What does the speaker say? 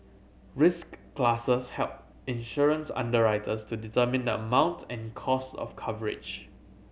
risk classes help insurance underwriters to determine the amount and cost of coverage